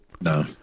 No